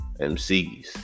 MCs